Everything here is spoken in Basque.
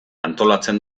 antolatzen